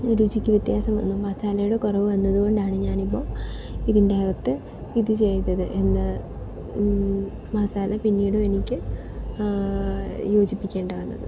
രുചിക്ക് വ്യത്യാസം വന്നു മസാലയുടെ കുറവ് വന്നത് കൊണ്ടാണ് ഞാനിപ്പോൾ ഇതിൻ്റെ അകത്ത് ഇത് ചെയ്തത് എന്ത് മസാല പിന്നീടു എനിക്ക് യോജിപ്പിക്കേണ്ടി വന്നത്